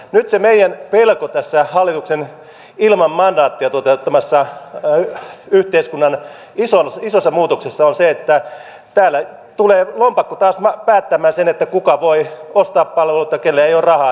nyt se meidän pelkomme tässä hallituksen ilman mandaattia toteuttamassa yhteiskunnan isossa muutoksessa on se että täällä tulee lompakko taas päättämään sen kuka voi ostaa palveluita kenellä ei ole rahaa siihen